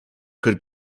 could